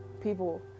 people